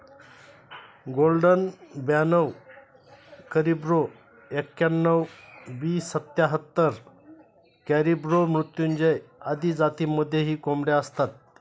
golden ब्याणव करिब्रो एक्याण्णण, B सत्याहत्तर, कॅरिब्रो मृत्युंजय आदी जातींमध्येही कोंबड्या असतात